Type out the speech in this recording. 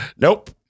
Nope